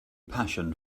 passion